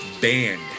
Banned